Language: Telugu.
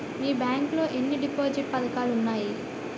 మీ బ్యాంక్ లో ఎన్ని డిపాజిట్ పథకాలు ఉన్నాయి?